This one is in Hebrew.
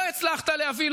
הצלחתי להביא,